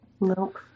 Nope